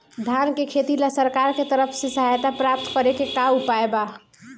धान के खेती ला सरकार के तरफ से सहायता प्राप्त करें के का उपाय बा?